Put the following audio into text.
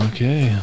Okay